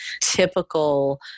typical